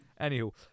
Anywho